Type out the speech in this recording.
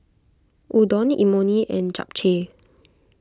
Udon Imoni and Japchae